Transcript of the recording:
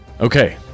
Okay